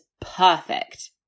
perfect